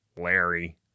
Larry